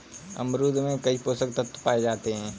अमरूद में कई पोषक तत्व पाए जाते हैं